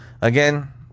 again